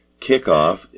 kickoff